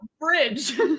bridge